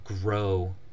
grow